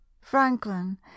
franklin